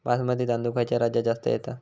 बासमती तांदूळ खयच्या राज्यात जास्त येता?